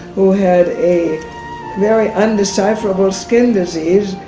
who had a very undecipherable skin disease.